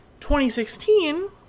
2016